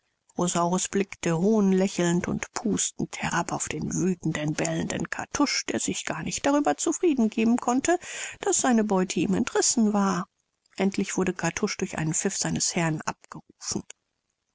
blickte hohnlächelnd und pustend herab auf den wüthend bellenden kartusch der sich gar nicht darüber zufrieden geben konnte daß seine beute ihm entrissen war endlich wurde kartusch durch einen pfiff seines herrn abgerufen